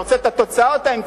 אתה רוצה את התוצאה או את האמצעי?